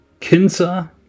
Kinsa